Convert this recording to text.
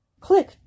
Click